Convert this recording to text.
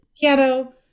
piano